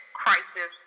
crisis